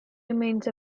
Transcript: remains